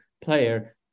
player